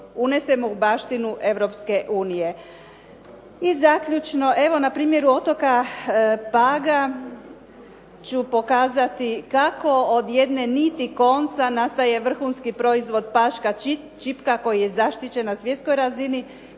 unesemo u baštinu Europske unije. I zaključno evo na primjeru otoka Paga ću pokazati kako od jedne niti konca nastaje vrhunski proizvod paška čipka koja je zaštićena na svjetskoj razini,